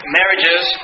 marriages